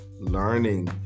learning